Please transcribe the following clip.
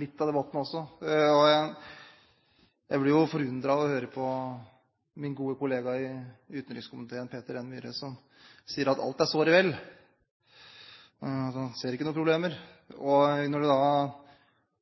litt av debatten. Jeg blir forundret over å høre på min gode kollega i utenrikskomiteen, Peter N. Myhre, som sier at alt er såre vel. Han ser ingen problemer.